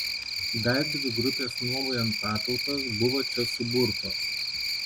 dar dvi grupės nuomojant patalpas buvo čia suburtos